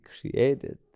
created